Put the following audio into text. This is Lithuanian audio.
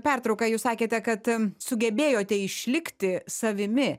pertrauką jūs sakėte kad sugebėjote išlikti savimi